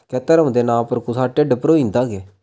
क्या धर्म दे नांऽ पर कुसै दा ढिड्ढ भरोई जंदा गे